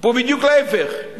פה בדיוק ההיפך,